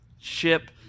ship